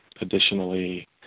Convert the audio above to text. Additionally